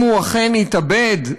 אם הוא אכן התאבד,